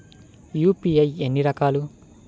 UPI ఎన్ని రకాలు?